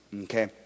okay